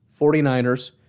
49ers